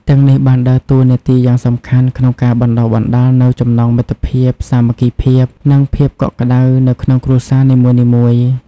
ទាំងនេះបានដើរតួនាទីយ៉ាងសំខាន់ក្នុងការបណ្ដុះបណ្ដាលនូវចំណងមិត្តភាព សាមគ្គីភាព និងភាពកក់ក្ដៅនៅក្នុងគ្រួសារនីមួយៗ ។